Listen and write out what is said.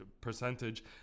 percentage